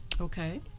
Okay